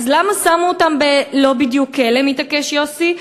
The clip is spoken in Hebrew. אז למה שמו אותם ב'לא בדיוק כלא?' מתעקש יוסי,